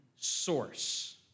source